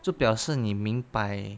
就表示你明白